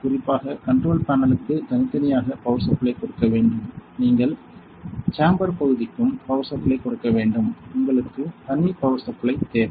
குறிப்பாக கண்ட்ரோல் பேனலுக்கு தனித்தனியாக பவர் சப்ளை கொடுக்க வேண்டும் நீங்கள் சேம்பர் பகுதிக்கும் பவர் சப்ளை கொடுக்க வேண்டும் உங்களுக்கு தனி பவர் சப்ளை தேவை